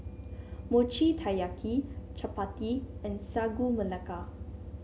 Mochi Taiyaki chappati and Sagu Melaka